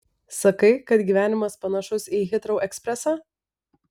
sakai kad gyvenimas panašus į hitrou ekspresą